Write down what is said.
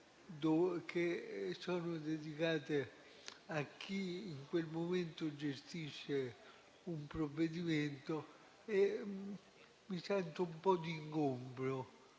banchi dedicati a chi sul momento gestisce un provvedimento, e mi sento un po' un ingombro.